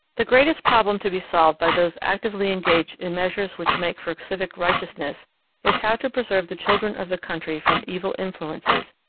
the greatest problem to be solved by those actively engaged in measures which make for civic righteousness is how to preserve the children of the country from evil influences,